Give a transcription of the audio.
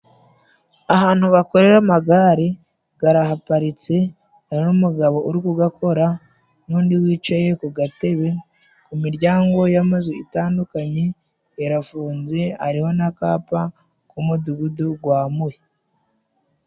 Ahantu bakorera amagare garahaparitse hari umugabo uri kugakora n'undi wicaye ku gatebe ku miryango y'amazu itandukanye irafunze hariho n'akapa k'umudugudu gwa Muhi.